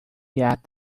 yet